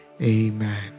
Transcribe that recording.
amen